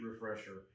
refresher